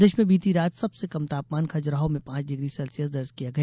प्रदेश में बीती रात सबसे कम तापमान खजुराहो में पांच डिग्री सेल्सियस दर्ज किया गया